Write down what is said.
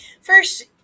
First